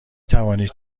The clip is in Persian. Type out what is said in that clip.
توانید